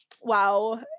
Wow